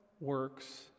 works